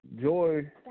Joy